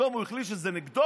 פתאום הוא החליט שזה נגדו?